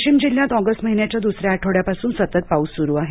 वाशिम जिल्ह्यात ऑगस्ट महिन्याच्या द्सऱ्या आठवड्यापासून सतत पाऊस सुरू आहे